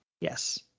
Yes